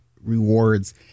rewards